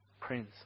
Prince